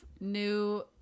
new